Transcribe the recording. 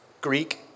Greek